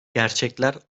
gerçekler